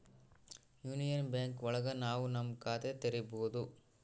union Bank ಒಳಗ ನಾವ್ ನಮ್ ಖಾತೆ ತೆರಿಬೋದು